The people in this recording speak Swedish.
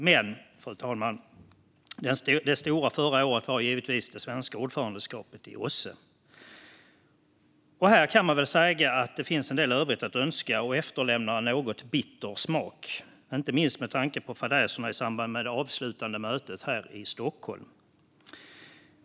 Det stora under förra året var dock givetvis det svenska ordförandeskapet i OSSE, fru talman. Här kan man väl säga att det finns en del övrigt att önska och att en något bitter smak har efterlämnats, inte minst med tanke på fadäserna i samband med det avslutande mötet här i Stockholm.